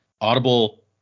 Audible